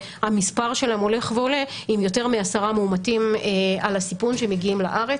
שהמספר שלהן הולך ועולה עם יותר מ-10 מאומתים על הסיפון שמגיעים לארץ.